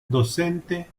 docente